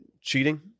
cheating